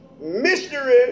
mystery